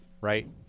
Right